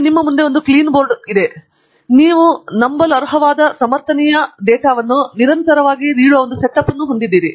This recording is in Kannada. ನೀವು ನಿಮ್ಮ ಮುಂದೆ ಒಂದು ಕ್ಲೀನ್ ಬೋರ್ಡ್ ಹೊಂದಿದ್ದೀರಿ ಮತ್ತು ಈಗ ನೀವು ನಂಬಲರ್ಹವಾದ ಸಮರ್ಥನೀಯ ಮತ್ತು ನಂಬಲರ್ಹವಾದ ಡೇಟಾವನ್ನು ನಿರಂತರವಾಗಿ ನೀಡುವ ಒಂದು ಸೆಟಪ್ ಅನ್ನು ಹೊಂದಿದ್ದೀರಿ